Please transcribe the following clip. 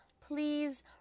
please